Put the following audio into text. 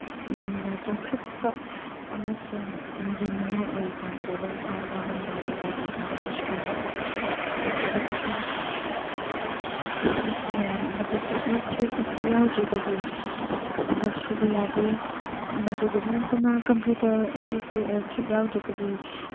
ꯌꯥꯝꯅ ꯆꯥꯎꯈꯠꯄ ꯑꯃꯁꯨꯡ ꯇꯝꯖꯅꯤꯡꯉꯥꯏ ꯑꯣꯏꯕ ꯇꯥꯏꯕꯪꯄꯥꯟ ꯌꯥꯝꯅ ꯅꯨꯡꯉꯥꯏꯕ ꯇꯥꯏꯕꯪꯄꯥꯟ ꯑꯃꯁꯨ ꯑꯣꯏꯍꯜꯂꯤ ꯑꯗꯨꯗꯒꯤꯗꯤ ꯑꯣꯐꯤꯁ ꯃꯌꯥꯝ ꯑꯃꯗꯁꯨ ꯑꯦꯂꯦꯛꯇ꯭ꯔꯤꯛ ꯑꯁꯤ ꯌꯥꯎꯗ꯭ꯔꯒꯗꯤ ꯊꯕꯛ ꯁꯨꯕ ꯌꯥꯗꯦ ꯃꯗꯨꯗꯗ ꯅꯠꯇꯅ ꯀꯝꯄ꯭ꯌꯨꯇꯔ ꯑꯁꯤꯁꯨ ꯑꯦꯂꯦꯛꯇ꯭ꯔꯤꯛ ꯌꯥꯎꯗ꯭ꯔꯒꯗꯤ